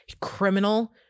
criminal